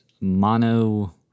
Mono